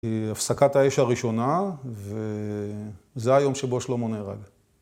הפסקת האש הראשונה, וזה היום שבו שלמה נהרג.